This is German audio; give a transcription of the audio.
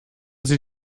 sie